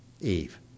Eve